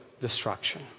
destruction